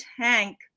tank